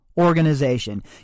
organization